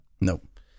Nope